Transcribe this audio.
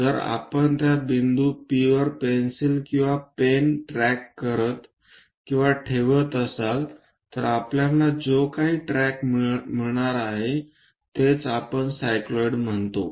जर आपण त्या बिंदू P वर पेन्सिल किंवा पेन ट्रॅक करत किंवा ठेवत असाल तर आपल्याला जे काही ट्रॅक मिळणार आहे तेच आपण सायक्लोईड म्हणतो